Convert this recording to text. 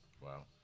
Wow